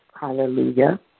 Hallelujah